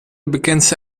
bekendste